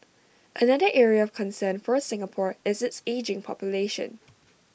another area of concern for Singapore is its ageing population